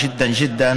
הקשה מאוד מאוד,